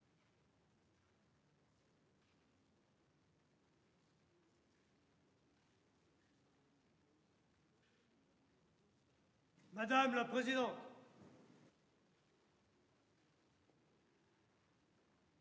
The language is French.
Madame la présidente-